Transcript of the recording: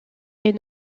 est